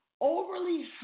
Overly